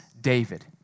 David